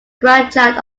grandchild